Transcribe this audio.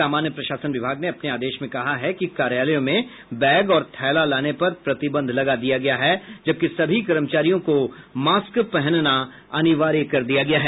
सामान्य प्रशासन विभाग ने अपने आदेश में कहा है कि कार्यालयों मे बैग और थैला लाने पर प्रतिबंध लगा दिया गया है जबकि सभी कर्मचारियों को मास्क पहनना अनिवार्य कर दिया गया है